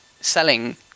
selling